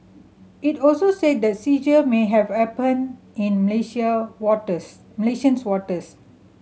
it also said the seizure may have happened in Malaysian waters